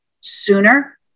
sooner